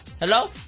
Hello